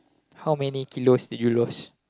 how many kilos did you lost